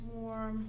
more